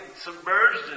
submerged